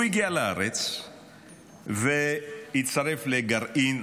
הוא הגיע לארץ והצטרף לגרעין.